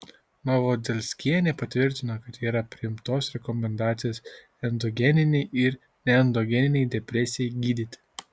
novodzelskienė patvirtino kad yra priimtos rekomendacijos endogeninei ir neendogeninei depresijai gydyti